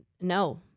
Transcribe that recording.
No